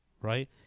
right